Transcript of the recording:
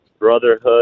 brotherhood